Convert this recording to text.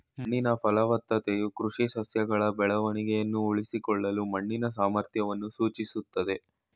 ಮಣ್ಣಿನ ಫಲವತ್ತತೆಯು ಕೃಷಿ ಸಸ್ಯಗಳ ಬೆಳವಣಿಗೆನ ಉಳಿಸ್ಕೊಳ್ಳಲು ಮಣ್ಣಿನ ಸಾಮರ್ಥ್ಯವನ್ನು ಸೂಚಿಸ್ತದೆ